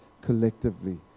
collectively